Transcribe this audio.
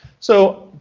so.